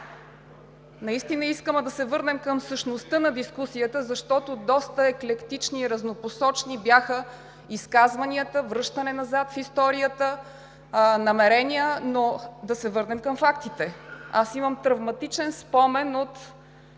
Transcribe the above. Наистина искаме да се върнем към същността на дискусията, защото доста еклектични и разнопосочни бяха изказванията, връщане назад в историята, намерения, но да се върнем към фактите. Аз имам травматичен спомен от